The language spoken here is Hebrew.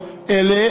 ליאונרד כהן,